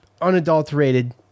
unadulterated